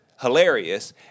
hilarious